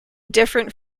different